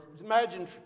Imagine